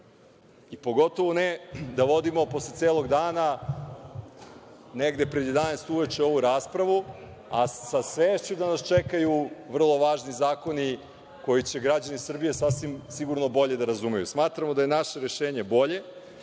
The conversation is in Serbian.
pogotovo ne, da vodimo posle celog dana negde pred 11 uveče ovu raspravu, a sa svešću da nas čekaju vrlo važni zakoni koje će građani Srbije sasvim sigurno bolje da razumeju. Smatramo da je naše rešenje bolje,